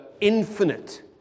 infinite